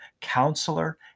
counselor